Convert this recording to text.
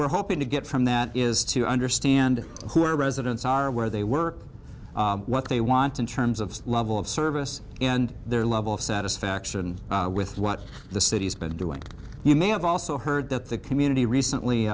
we're hoping to get from that is to understand who are residents are where they work what they want in terms of level of service and their level of satisfaction with what the city's been doing and you may have also heard that the community recently